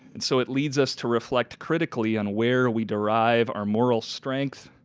and so it leads us to reflect critically on where we derive our moral strength,